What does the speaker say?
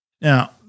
Now